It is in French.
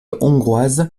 hongroise